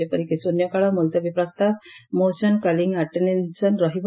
ଯେପରିକି ଶ୍ରନ୍ୟକାଳ ମୁଲତବୀ ପ୍ରସ୍ତାବ ମୋସନ କଲିଂ ଆଟେନସନ ରହିବ